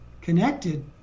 connected